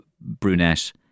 brunette